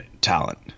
talent